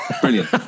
Brilliant